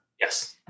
Yes